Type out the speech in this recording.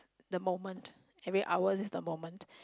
the moment every hour is the moment